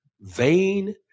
vain